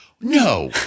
no